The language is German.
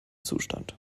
zustand